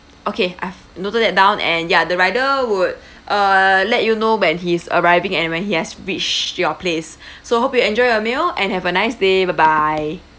okay I've noted that down and ya the rider would uh let you know when he's arriving and when he has reached your place so hope you enjoy your meal and have a nice day bye bye